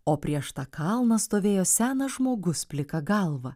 o prieš tą kalną stovėjo senas žmogus plika galva